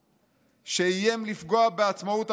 שאיים לפגוע בעצמאות המערכת,